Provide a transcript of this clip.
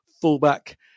fullback